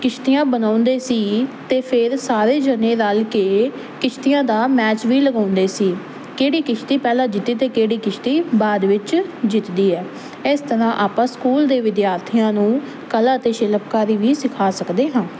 ਕਿਸ਼ਤੀਆਂ ਬਣਾਉਂਦੇ ਸੀ ਤੇ ਫਿਰ ਸਾਰੇ ਜਣੇ ਰਲ ਕੇ ਕਿਸ਼ਤੀਆਂ ਦਾ ਮੈਚ ਵੀ ਲਗਾਉਂਦੇ ਸੀ ਕਿਹੜੀ ਕਿਸ਼ਤੀ ਪਹਿਲਾਂ ਜਿੱਤੀ ਤੇ ਕਿਹੜੀ ਕਿਸ਼ਤੀ ਬਾਅਦ ਵਿੱਚ ਜਿੱਤਦੀ ਹੈ ਇਸ ਤਰ੍ਹਾਂ ਆਪਾਂ ਸਕੂਲ ਦੇ ਵਿਦਿਆਰਥੀਆਂ ਨੂੰ ਕਲਾ ਤੇ ਸ਼ਿਲਪਕਾਰੀ ਵੀ ਸਿਖਾ ਸਕਦੇ ਹਾਂ